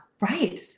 right